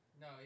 No